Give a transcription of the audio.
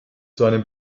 seinem